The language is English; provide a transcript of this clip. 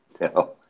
No